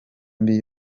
mbi